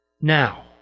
Now